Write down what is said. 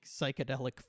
psychedelic